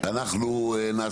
אני חושב,